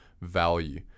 value